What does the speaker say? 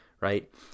right